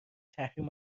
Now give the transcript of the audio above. تحریم